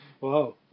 Wow